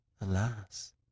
Alas